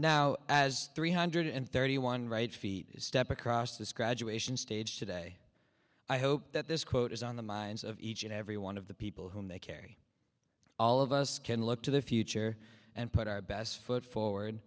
now as three hundred thirty one right feet step across this graduation stage today i hope that this quote is on the minds of each and every one of the people whom they carry all of us can look to the future and put our best foot forward